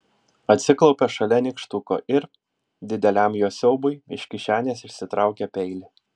atsiklaupė šalia nykštuko ir dideliam jo siaubui iš kišenės išsitraukė peilį